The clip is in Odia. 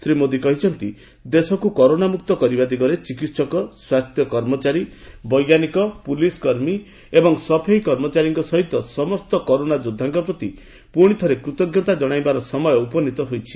ଶ୍ରୀ ମୋଦି କହିଛନ୍ତି ଦେଶକୁ କରୋନାମୁକ୍ତ କରିବା ଦିଗରେ ଚିକିତ୍ସକ ସ୍ୱାସ୍ଥ୍ୟ କର୍ମଚାରୀ ବୈଜ୍ଞାନିକ ପୁଲିସ୍ କର୍ମୀ ଏବଂ ସଫେଇ କର୍ମଚାରୀଙ୍କ ସହିତ ସମସ୍ତ କରୋନା ଯୋଦ୍ଧାଙ୍କ ପ୍ରତି ପୁଣି ଥରେ କୃତଜ୍ଞତା କବଣାଇବାର ସମୟ ଉପନୀତ ହୋଇଛି